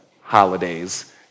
holidays